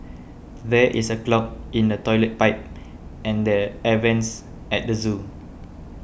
there is a clog in the Toilet Pipe and the Air Vents at the zoo